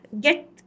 get